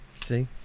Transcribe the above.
see